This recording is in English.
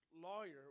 lawyer